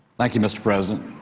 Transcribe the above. like you, mr. president.